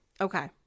Okay